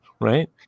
Right